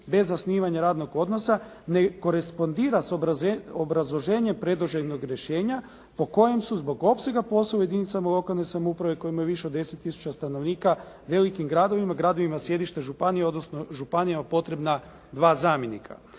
bez zasnivanja radnog odnosa, nekorespondira s obrazloženjem predloženog rješenja, po kojem su zbog opsega poslova u jedinicama lokalne samouprave koje imaju više od 10 tisuća stanovnika velikim gradovima, gradovima sjedišta županija, odnosno županijama potrebna dva zamjenika.